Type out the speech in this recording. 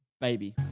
baby